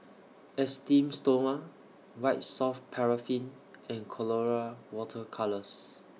Esteem Stoma White Soft Paraffin and Colora Water Colours